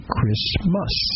Christmas